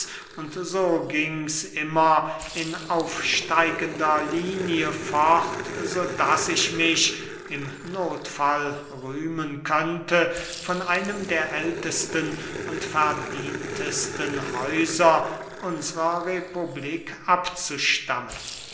und so gings immer in aufsteigender linie fort so daß ich mich im nothfall rühmen könnte von einem der ältesten und verdientesten häuser unsrer republik abzustammen